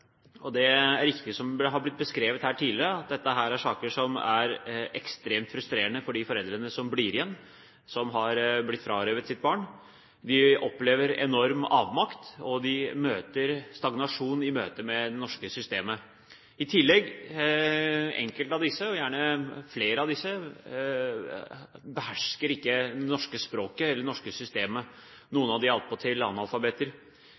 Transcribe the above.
Det er riktig som det har blitt beskrevet her tidligere, at dette er saker som er ekstremt frustrerende for de foreldrene som blir igjen, og som har blitt frarøvet sitt barn. De opplever enorm avmakt, og de møter stagnasjon i det norske systemet. I tillegg er det enkelte av disse – gjerne flere – som ikke behersker det norske språket eller det norske systemet. Noen av dem er attpåtil analfabeter.